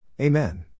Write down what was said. Amen